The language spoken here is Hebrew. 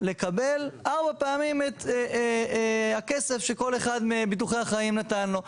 לקבל ארבע פעמים את הכסף שכל אחד מביטוחי החיים נתן לו,